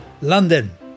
London